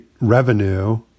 revenue